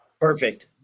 perfect